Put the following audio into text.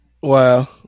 Wow